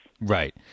Right